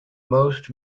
most